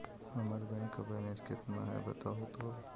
हमर bank balance केतना है बताहु तो?